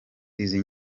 izi